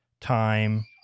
time